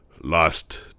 lost